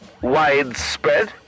widespread